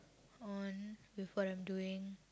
on with what I'm doing